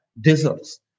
deserts